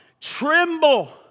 Tremble